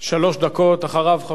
אחריו, חבר הכנסת אקוניס.